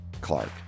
Clark